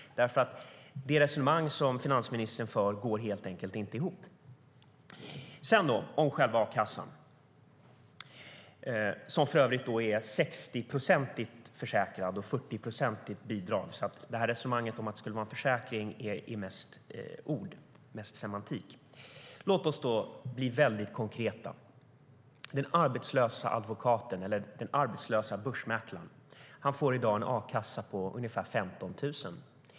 Det resonemang som finansministern för går helt enkelt inte ihop. Vidare till själva a-kassan, som för övrigt är 60 procent försäkring och 40 procent bidrag. Resonemanget om att det skulle vara en försäkring är alltså mest ord, mest semantik. Låt oss bli väldigt konkreta. Den arbetslöse advokaten eller börsmäklaren får i dag en a-kassa på ungefär 15 000.